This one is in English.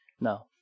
No